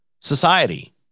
society